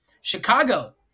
Chicago